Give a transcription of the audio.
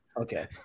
Okay